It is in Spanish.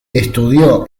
estudió